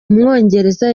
umwongereza